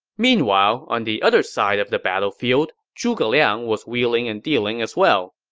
meanwhile, on the other side of the battlefield, zhuge liang was wheeling and dealing as well.